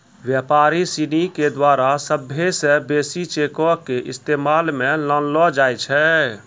व्यापारी सिनी के द्वारा सभ्भे से बेसी चेको के इस्तेमाल मे लानलो जाय छै